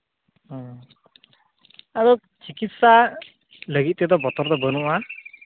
ᱟᱫᱚ ᱪᱤᱠᱤᱛᱥᱟ ᱞᱟᱹᱜᱤᱫ ᱛᱮᱫᱚ ᱵᱚᱛᱚᱨ ᱫᱚ ᱵᱟᱹᱱᱩᱜᱼᱟ